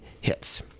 hits